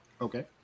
Okay